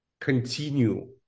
continue